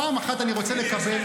פעם אחת אני רוצה לקבל --- תגיד לי,